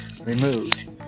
removed